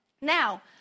Now